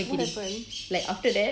what happen